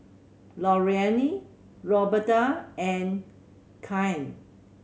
Lorraine Roberta and Kyan